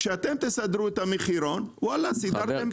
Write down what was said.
כשאתם תסדרו את המחירון, סידרתם את העניין.